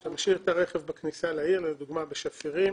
אתה משאיר את הרכב בכניסה לעיר, לדוגמה בשפירים,